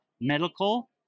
medical